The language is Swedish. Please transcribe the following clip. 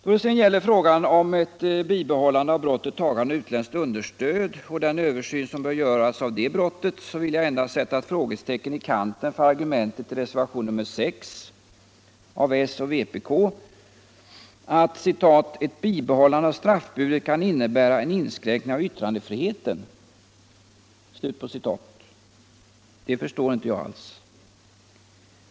När det gäller frågan om bibehållande av stadgandet om tagande av utländskt understöd och den översyn som bör göras av detta stadgande, vill jag endast sätta ett frågetecken i kanten för argumentet i reservationen 6 att ”ett bibehållande av straffbudet kan innebära en inskränkning av Nr 142 yttrandefriheten”. Det förstår jag inte alls.